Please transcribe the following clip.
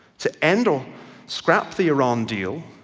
to end or scrap the iran deal,